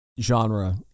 genre